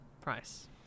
price